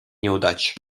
неудач